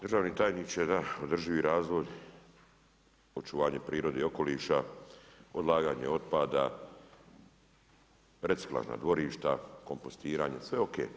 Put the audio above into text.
Državni tajniče, da održivi razvoj, očuvanje prirode i okoliša, odlaganje otpada, reciklažna dvorišta, kompostiranja, sve ok.